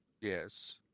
Yes